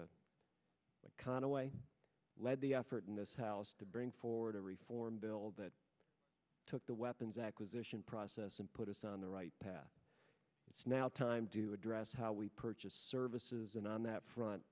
conaway led the effort in this house to bring forward a reform bill that took the weapons acquisition process and put us on the right path it's now time to address how we purchase services and on that front